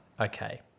Okay